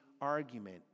argument